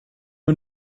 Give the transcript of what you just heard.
wir